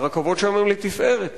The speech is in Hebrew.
הרכבות שם הן לתפארת,